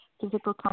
physical